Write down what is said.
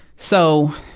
so,